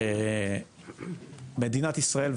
מדינת ישראל,